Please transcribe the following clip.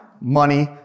money